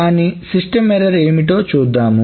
కానీ system error ఏంటో చూద్దాం